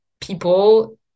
people